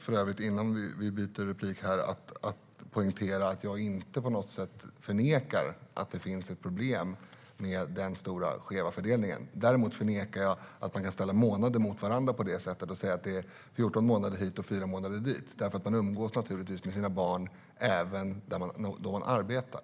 För övrigt vill jag poängtera att jag inte på något sätt förnekar att det finns ett problem med den skeva fördelningen. Däremot förnekar jag att man kan ställa månader mot varandra och säga att det är 14 månader hit och 4 månader dit, därför att naturligtvis umgås man med sina barn även om man arbetar.